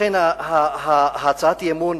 לכן הצעת האי-אמון